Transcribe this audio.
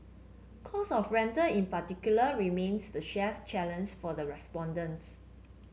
cost of rental in particular remains the chef challenge for the respondents